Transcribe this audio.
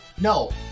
No